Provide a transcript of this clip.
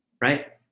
right